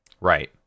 Right